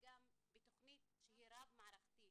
וגם בתכנית שהיא רב מערכתית,